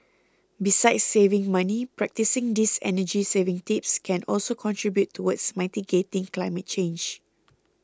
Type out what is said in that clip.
besides saving money practising these energy saving tips can also contribute towards mitigating climate change